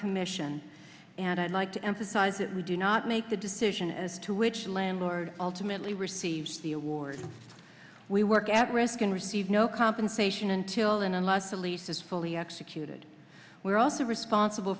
commission and i'd like to emphasize that we do not make the decision as to which landlord ultimately receives the award we work at risk and receive no compensation until and unless the lease is fully executed we are also responsible